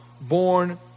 born